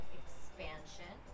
expansion